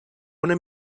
una